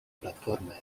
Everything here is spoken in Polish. platformę